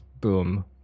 boom